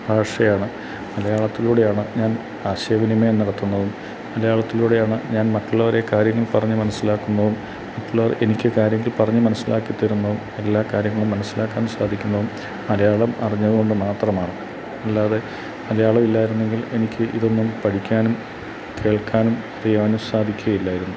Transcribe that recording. ഭാഷയാണ് മലയാളത്തിലൂടെയാണ് ഞാൻ ആശയവിനിമയം നടത്തുന്നത് മലയാളത്തിലൂടെയാണ് ഞാൻ മറ്റുള്ളവരെ കാര്യങ്ങൾ പറഞ്ഞു മനസ്സിലാക്കുന്നതും മറ്റുള്ളവർ എനിക്ക് കാര്യങ്ങൾ പറഞ്ഞു മനസ്സിലാക്കി തരുന്നതും എല്ലാ കാര്യങ്ങളും മനസ്സിലാക്കാൻ സാധിക്കുന്നതും മലയാളം അറിഞ്ഞതുകൊണ്ട് മാത്രമാണ് അല്ലാതെ മലയാളം ഇല്ലായിരുന്നെങ്കിൽ എനിക്ക് ഇതൊന്നും പഠിക്കാനും കേൾക്കാനും ചെയ്യാനും സാധിക്കുകയില്ലായിരുന്നു